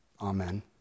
Amen